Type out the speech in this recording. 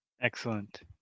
Excellent